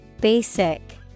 Basic